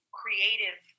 creative